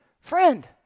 Friend